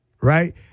right